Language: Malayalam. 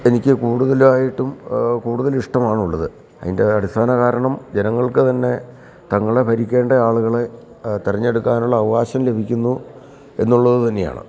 എനിക്ക് കൂടുതലായിട്ടും കൂടുതലിഷ്ടമാണുള്ളത് അതിൻ്റെ അടിസ്ഥാന കാരണം ജനങ്ങൾക്കു തന്നെ തങ്ങളെ ഭരിക്കേണ്ട ആളുകളെ തെരെഞ്ഞെടുക്കാനുള്ള അവകാശം ലഭിക്കുന്നു എന്നുള്ളതു തന്നെയാണ്